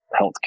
healthcare